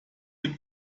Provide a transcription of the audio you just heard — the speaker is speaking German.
dem